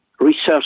research